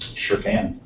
sure can.